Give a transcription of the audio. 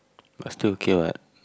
but still okay what